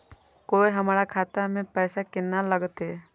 कोय हमरा खाता में पैसा केना लगते?